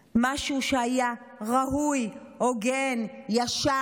משהו שהיה ראוי, הוגן, ישר,